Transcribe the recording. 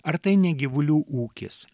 ar tai ne gyvulių ūkis